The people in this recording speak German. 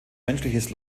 menschliches